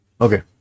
Okay